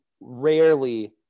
rarely